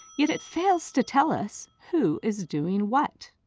yet it fails to tell us who is doing what.